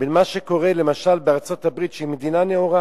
בין מה שקורה למשל בארצות-הברית, שהיא מדינה נאורה